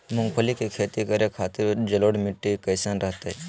मूंगफली के खेती करें के खातिर जलोढ़ मिट्टी कईसन रहतय?